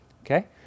okay